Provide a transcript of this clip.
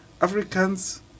Africans